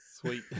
sweet